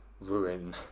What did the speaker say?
ruin